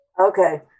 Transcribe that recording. Okay